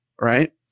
right